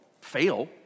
fail